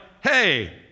hey